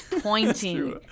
pointing